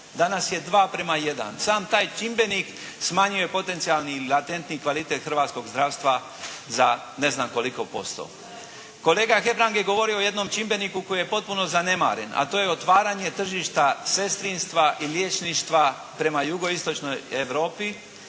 Danas je 2 prema jedan. Sam taj čimbenik smanjuje potencijalni ili lantentni kvalitet hrvatskog zdravstva za ne znam koliko posto. Kolega Hebrang je govorio o jednom čimbeniku koji je potpuno zanemaren, a to je otvaranje tržišta sestrinstva i liječništva prema jugoistočnoj Europi